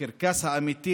הקרקס האמיתי